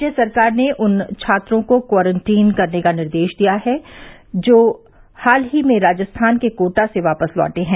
राज्य सरकार ने उन छात्रों को क्वारंटीन करने का निर्देश दिया है जो हाल ही में राजस्थान के कोटा से वापस लौटे हैं